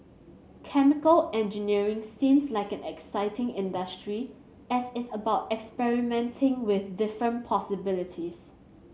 chemical engineering seems like an exciting industry as it's about experimenting with different possibilities